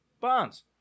Bonds